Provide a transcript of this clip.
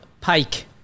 pike